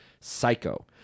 Psycho